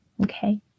Okay